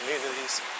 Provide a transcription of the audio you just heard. communities